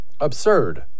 absurd